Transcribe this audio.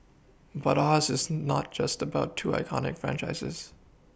but Oz is not just about two iconic franchises